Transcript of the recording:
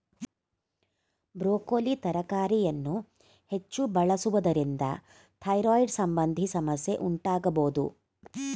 broccoli ತರಕಾರಿಯನ್ನು ಹೆಚ್ಚು ಬಳಸುವುದರಿಂದ ಥೈರಾಯ್ಡ್ ಸಂಬಂಧಿ ಸಮಸ್ಯೆ ಉಂಟಾಗಬೋದು